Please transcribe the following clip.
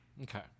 okay